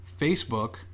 Facebook